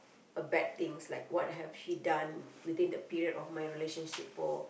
a bad things like what have she done within the period of my relationship for